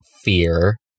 fear